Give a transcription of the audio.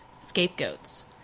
scapegoats